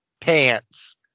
pants